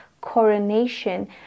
coronation